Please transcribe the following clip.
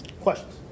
Questions